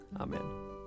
Amen